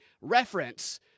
reference